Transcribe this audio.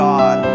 God